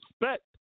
respect